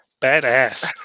badass